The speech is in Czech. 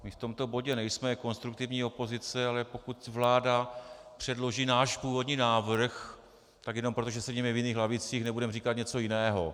My v tomto bodě nejsme konstruktivní opozice, ale pokud vláda předloží náš původní návrh, tak jenom proto, že sedíme v jiných lavicích, nebudeme říkat něco jiného.